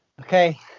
okay